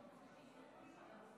בבקשה.